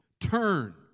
Turn